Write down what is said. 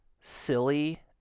silly